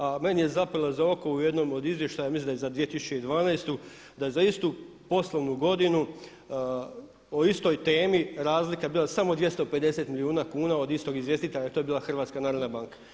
A meni je zapela za oko u jednom od izvještaja, mislim da je za 2012. da je za istu poslovnu godinu o istoj temi razlika bila samo 250 milijuna kuna od istog izvjestitelja a to je bila HNB.